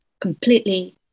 completely